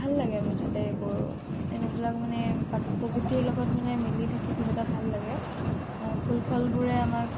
ভাল লাগে মুঠতে এইবোৰ সেইবিলাক মানে প্ৰাক প্ৰকৃতিৰ লগত মানে মিলি থাকি কিবা এটা ভাল লাগে আৰু ফুল ফলবোৰে আমাক